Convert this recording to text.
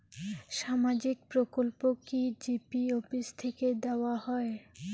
সামাজিক প্রকল্প কি জি.পি অফিস থেকে দেওয়া হয়?